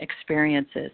experiences